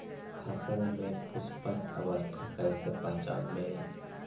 फसल में पुष्पन अवस्था कईसे पहचान बई?